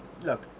look